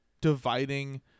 dividing